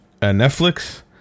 netflix